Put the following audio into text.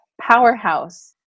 powerhouse